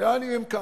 היה לי מ"כ.